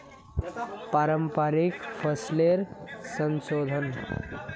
पारंपरिक फसलेर संशोधन